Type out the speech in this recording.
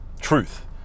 truth